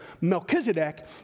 Melchizedek